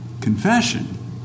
confession